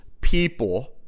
people